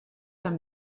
tam